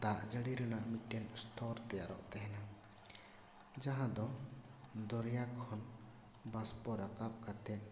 ᱫᱟᱜ ᱡᱟᱹᱲᱤᱨᱮᱱᱟᱜ ᱢᱤᱫᱴᱮᱱ ᱥᱛᱚᱨ ᱛᱮᱭᱟᱨᱚᱜ ᱛᱟᱦᱮᱱᱟ ᱡᱟᱦᱟᱸ ᱫᱚ ᱫᱚᱨᱭᱟ ᱠᱷᱚᱱ ᱵᱟᱥᱯᱚ ᱨᱟᱠᱟᱯ ᱠᱟᱛᱮᱫ